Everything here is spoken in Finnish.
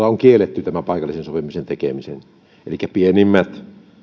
on kielletty tämä paikallisen sopimisen tekeminen elikkä pienimmillä